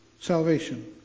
salvation